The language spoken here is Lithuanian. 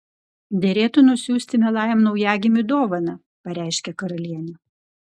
derėtų nusiųsti mielajam naujagimiui dovaną pareiškė karalienė